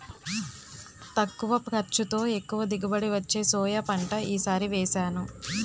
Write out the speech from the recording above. తక్కువ ఖర్చుతో, ఎక్కువ దిగుబడి వచ్చే సోయా పంట ఈ సారి వేసాను